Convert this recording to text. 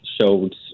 showed